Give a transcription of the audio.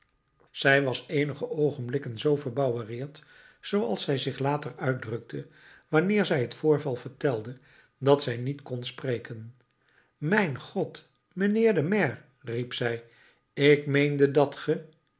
zij was eenige oogenblikken zoo verbouwereerd zooals zij zich later uitdrukte wanneer zij t voorval vertelde dat zij niet kon spreken mijn god mijnheer de maire riep zij ik meende dat